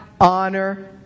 Honor